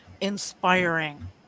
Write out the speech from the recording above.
Inspiring